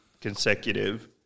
consecutive